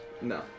No